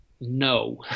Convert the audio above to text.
no